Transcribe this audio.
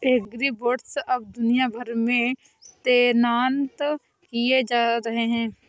agribots अब दुनिया भर में तैनात किए जा रहे हैं